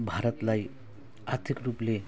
भारतलाई आर्थिक रूपले